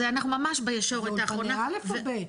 זה אנחנו ממש בישורת האחרונה -- ועוד -- א' או ב'?